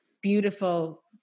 beautiful